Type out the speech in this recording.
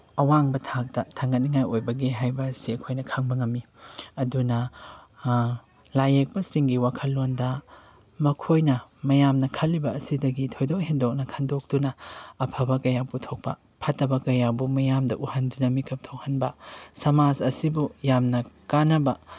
ꯑꯋꯥꯡꯕ ꯊꯥꯛꯇ ꯊꯥꯡꯒꯠꯅꯤꯉꯥꯏ ꯑꯣꯏꯕꯒꯦ ꯍꯥꯏꯕ ꯑꯁꯤ ꯑꯩꯈꯣꯏꯅ ꯈꯪꯕ ꯉꯝꯃꯤ ꯑꯗꯨꯅ ꯂꯥꯏ ꯌꯦꯛꯄꯁꯤꯡꯒꯤ ꯋꯥꯈꯜꯂꯣꯟꯗ ꯃꯈꯣꯏꯅ ꯃꯌꯥꯝꯅ ꯈꯜꯂꯤꯕ ꯑꯁꯤꯗꯒꯤ ꯊꯣꯏꯗꯣꯛ ꯍꯦꯟꯗꯣꯛꯅ ꯈꯟꯗꯣꯛꯇꯨꯅ ꯑꯐꯕ ꯀꯌꯥ ꯄꯨꯊꯣꯛꯄ ꯐꯠꯇꯕ ꯀꯌꯥꯕꯨ ꯃꯤꯌꯥꯝꯗ ꯎꯍꯟꯗꯨꯅ ꯃꯤꯀꯞ ꯊꯣꯛꯍꯟꯕ ꯁꯃꯥꯖ ꯑꯁꯤꯕꯨ ꯌꯥꯝꯅ ꯀꯥꯅꯕ